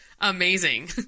amazing